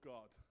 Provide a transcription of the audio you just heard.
God